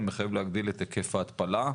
ומחייב להגדיל את היקף ההתפלה.